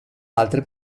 altre